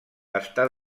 està